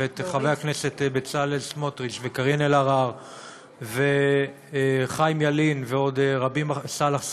ואת חבר הכנסת בצלאל סמוטריץ וקארין אלהרר וחיים ילין וסאלח סעד,